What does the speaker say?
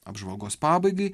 apžvalgos pabaigai